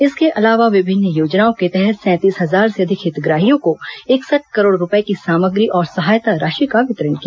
इसके अलावा विभिन्न योजनाओं के तहत सैंतीस हजार से अधिक हितग्राहियों को इकसठ करोड़ रूपये की सामग्री और सहायता राशि का वितरण किया